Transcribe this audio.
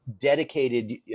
Dedicated